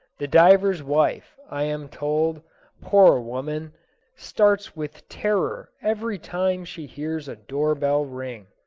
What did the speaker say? the diver's wife, i am told poor woman starts with terror every time she hears a door-bell ring.